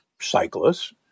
cyclists